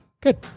Good